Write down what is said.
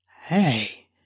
hey